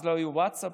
אז לא היו ווטסאפ,